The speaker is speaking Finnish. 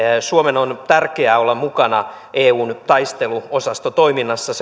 suomen on on tärkeää olla mukana eun taisteluosastotoiminnassa